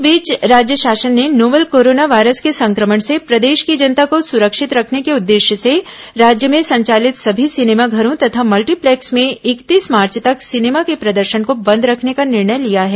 इस बीच राज्य शासन ने नोवल कोरोना वायरस के संक्रमण से प्रदेश की जनता को सुरक्षित रखने को उद्देश्य से राज्य में संचालित सभी सिनेमा घरों तथा मल्टीप्लेक्स में इकतीस मार्च तक सिनेमा के ॅप्रदर्शन को बंद रखने का निर्णय लिया है